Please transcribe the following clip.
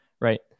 right